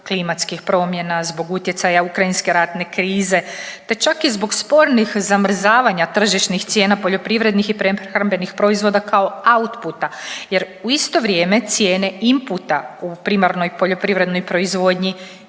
klimatskih promjena, zbog utjecaja ukrajinske ratne krize te čak i zbog spornih zamrzavanja tržišnih cijena poljoprivrednih i prehrambenih proizvoda kao outputa jer u isto vrijeme cijene inputa u primarnoj poljoprivrednoj proizvodnji